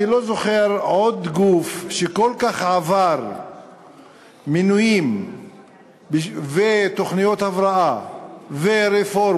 אני לא זוכר עוד גוף שעבר כל כך הרבה מינויים ותוכניות הבראה ורפורמות,